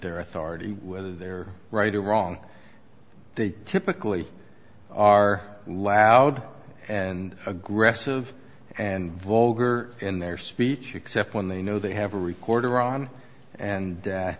their authority whether they're right or wrong they typically are loud and aggressive and vulgar in their speech except when they know they have a recorder on and